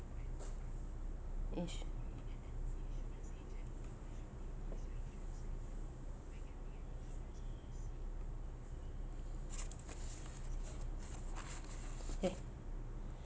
insu~ eh